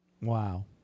Wow